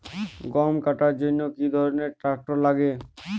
গম কাটার জন্য কি ধরনের ট্রাক্টার লাগে?